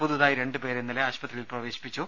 പുതുതായി രണ്ട് പേരെ ഇന്നലെ ആശുപത്രിയിൽ പ്രവേശിപ്പിച്ചു